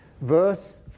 Verse